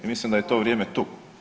I mislim da je to vrijeme tu.